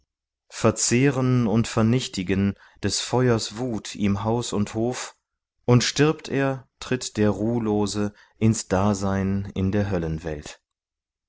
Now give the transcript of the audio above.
verzehren und vernichtigen des feuers wut ihm haus und hof und stirbt er tritt der ruh'lose ins dasein in der